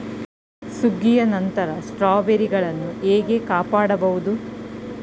ಸುಗ್ಗಿಯ ನಂತರ ಸ್ಟ್ರಾಬೆರಿಗಳನ್ನು ಹೇಗೆ ಕಾಪಾಡ ಬಹುದು?